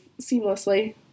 seamlessly